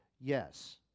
Yes